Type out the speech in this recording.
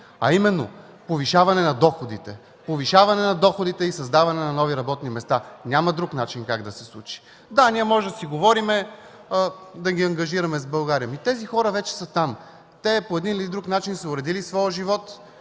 а именно повишаване на доходите и създаване на нови работни места. Няма друг начин как да се случи. Да, ние можем да си говорим – да ги ангажираме с България, но тези хора вече са там. Те по един или друг начин са уредили своя живот